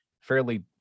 fairly